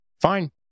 fine